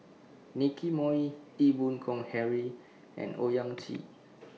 Nicky Moey Ee Boon Kong Henry and Owyang Chi